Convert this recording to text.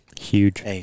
Huge